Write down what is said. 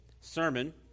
sermon